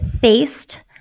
faced